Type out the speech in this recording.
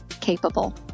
Capable